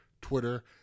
twitter